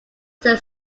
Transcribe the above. their